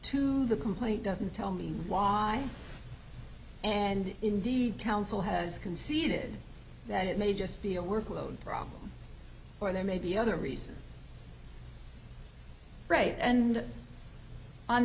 to the complaint doesn't tell me why and indeed counsel has conceded that it may just be a workload problem or there may be other reasons and on